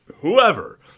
whoever